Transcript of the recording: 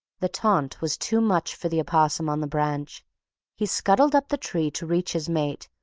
the taunt was too much for the opossum on the branch he scuttled up the tree to reach his mate,